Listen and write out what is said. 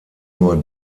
nur